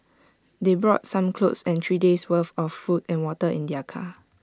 they brought some clothes and three days' worth of food and water in their car